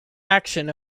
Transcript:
action